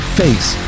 face